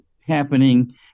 happening